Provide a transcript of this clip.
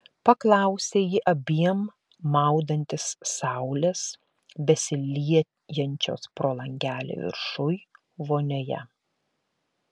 paklausė ji abiem maudantis saulės besiliejančios pro langelį viršuj vonioje